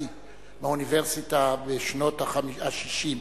טדסקי מהאוניברסיטה בשנות ה-60,